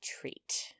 treat